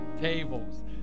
Tables